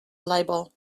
libel